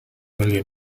million